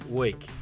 week